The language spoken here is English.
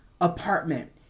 apartment